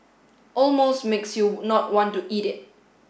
almost makes you not want to eat it